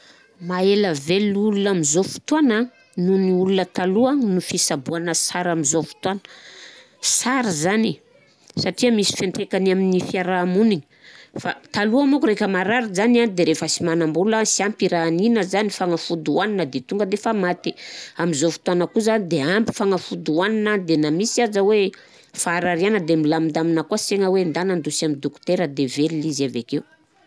Mahela velo olona amizao fotoagna an noho ny olona taloha noho ny fisaboana sara am'zô fotoagna, sara zany e, satria misy fiantraikany amin'ny fiaraha-mony fa taloha manko raika zany an de refa sy manam-bola, sy ampy i raha hanina zany an i fanafody hoanina de tonga defa maty, am'zô fotoagna kosa de ampy fanafody hoanina de na misy aza hoe faharariagna de milamindamina koà sena hoe ndana andosy amin'ny dokotera de vel izy avekeo.